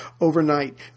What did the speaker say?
Overnight